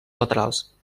laterals